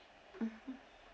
mmhmm